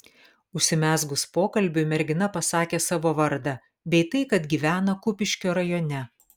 užsimezgus pokalbiui mergina pasakė savo vardą bei tai kad gyvena kupiškio rajone